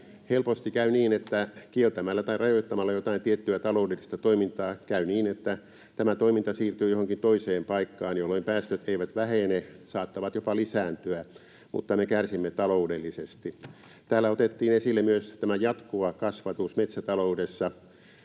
Helposti käy niin, että kieltämällä tai rajoittamalla jotain tiettyä taloudellista toimintaa tämä toiminta siirtyy johonkin toiseen paikkaan, jolloin päästöt eivät vähene, saattavat jopa lisääntyä, mutta me kärsimme taloudellisesti. Täällä otettiin esille myös tämä jatkuva kasvatus metsätaloudessa.